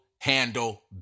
handle